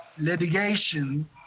litigation